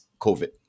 COVID